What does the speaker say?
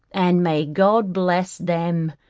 and may god bless them,